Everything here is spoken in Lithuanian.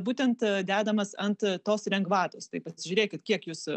būtent dedamas ant tos lengvatos tai pasižiūrėkit kiek jūs